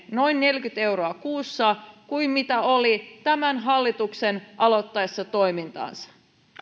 noin neljäkymmentä euroa kuussa heikompi kuin se oli tämän hallituksen aloittaessa toimintaansa